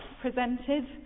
presented